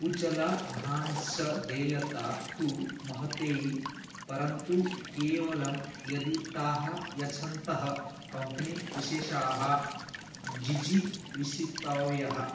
उच्चलाभांशदेयता तु महत्यै परन्तु केवलं यदि ताः यच्छन्तः कम्पनीविशेषाः जिजीविषितव्याः